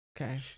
Okay